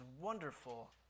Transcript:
wonderful